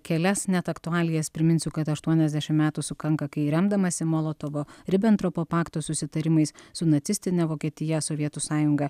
kelias net aktualijas priminsiu kad aštuoniasdešimt metų sukanka kai remdamasi molotovo ribentropo pakto susitarimais su nacistine vokietija sovietų sąjunga